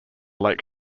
lake